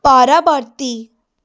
ପରବର୍ତ୍ତୀ